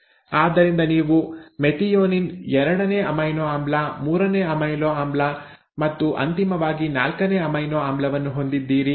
ಆದ್ದರಿಂದ ನೀವು ಮೆಥಿಯೋನಿನ್ ಎರಡನೇ ಅಮೈನೊ ಆಮ್ಲ ಮೂರನೇ ಅಮೈನೊ ಆಮ್ಲ ಮತ್ತು ಅಂತಿಮವಾಗಿ ನಾಲ್ಕನೇ ಅಮೈನೊ ಆಮ್ಲವನ್ನು ಹೊಂದಿದ್ದೀರಿ